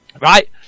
Right